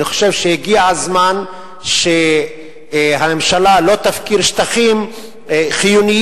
אני חושב שהגיע הזמן שהממשלה לא תפקיר שטחים חיוניים